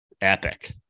epic